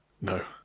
No